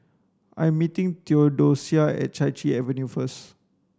I meeting Theodocia at Chai Chee Avenue first